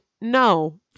no